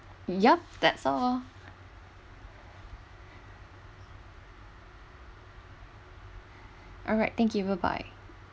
yup that's all alright thank you bye bye